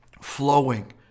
flowing